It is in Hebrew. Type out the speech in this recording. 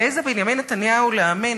לאיזה בנימין נתניהו להאמין,